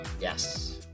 Yes